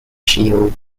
shield